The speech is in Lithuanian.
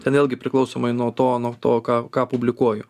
ten vėlgi priklausomai nuo to nuo to ką ką publikuoju